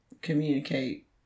communicate